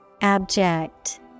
Abject